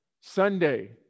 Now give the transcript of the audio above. Sunday